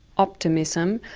optimism,